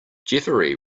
jeffery